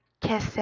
Kiss